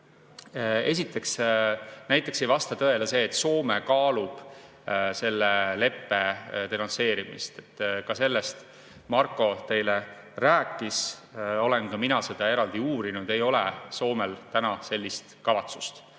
vasta. Esiteks ei vasta tõele see, et Soome kaalub selle leppe denonsseerimist. Ka sellest Marko teile rääkis. Olen ka mina seda eraldi uurinud ja tean, et ei ole Soomel täna sellist kavatsust.